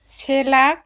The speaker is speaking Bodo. से लाख